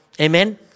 Amen